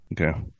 Okay